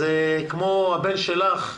אז כמו הבן שלך,